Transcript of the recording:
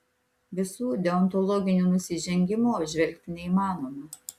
visų deontologinių nusižengimų apžvelgti neįmanoma